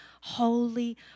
holy